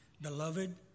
Beloved